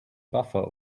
buffer